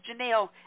janelle